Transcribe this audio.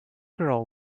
girl